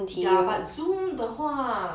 ya but Zoom 的话